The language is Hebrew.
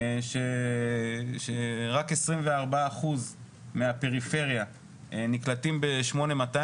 שרק 24% מהפריפריה נקלטים ב- 8200,